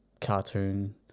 cartoon